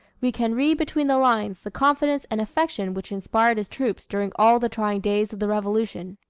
we can read between the lines the confidence and affection which inspired his troops during all the trying days of the revolution.